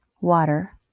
water